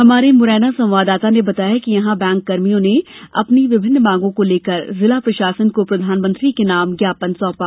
हमारे मुरैना संवाददाता ने बताया कि यहां बैंककर्मियों ने अपनी विभिन्न मांगों को लेकर जिला प्रशासन को प्रधानमंत्री के नाम ज्ञापन सौंपा